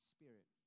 Spirit